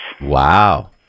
Wow